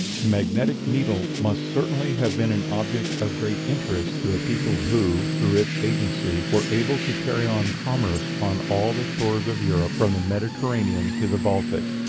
the magnetic needle must certainly have been an object of great interest to a people who, through its agency, were able to carry on commerce on all the shores of europe, from the mediterranean to the baltic.